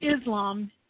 Islam